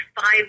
five